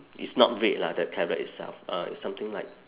it's not red lah that carrot itself uh it's something like